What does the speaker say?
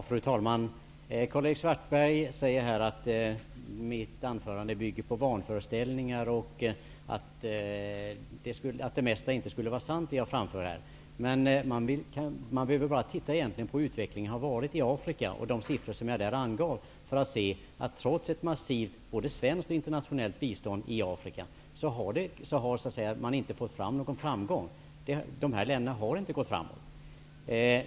Fru talman! Karl-Erik Svartberg säger att mitt anförande bygger på vanföreställningar och att det mesta som jag framförde inte skulle vara sant. Men man behöver bara titta på hurdan utvecklingen har varit i Afrika och de siffror jag angav om det för att se, att man i Afrika inte har nått någon framgång trots ett massivt bistånd från både Sverige och andra länder. Mottagarländerna i Afrika har inte gått framåt.